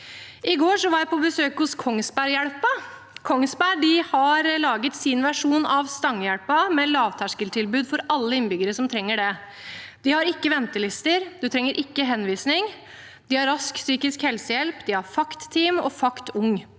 I går var jeg på besøk hos Kongsberghjelpa. Kongsberg har laget sin versjon av Stangehjelpa, med lavterskeltilbud for alle innbyggere som trenger det. De har ikke ventelister, man trenger ikke henvisning, de har rask psykisk helsehjelp, de har FACT-team og FACT Ung,